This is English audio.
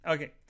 Okay